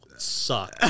Suck